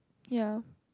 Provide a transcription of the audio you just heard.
ya